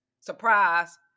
Surprise